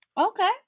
Okay